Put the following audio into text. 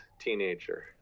teenager